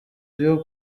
vyo